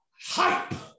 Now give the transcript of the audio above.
hype